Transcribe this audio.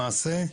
למעשה,